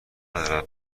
ندارد